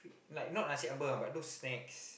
like not Nasi Ambeng ah but those snacks